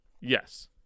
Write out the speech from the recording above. Yes